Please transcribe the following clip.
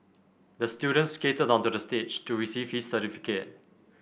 the student skated onto the stage to receive his certificate